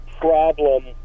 problem